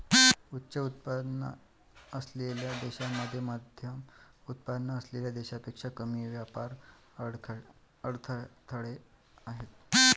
उच्च उत्पन्न असलेल्या देशांमध्ये मध्यमउत्पन्न असलेल्या देशांपेक्षा कमी व्यापार अडथळे आहेत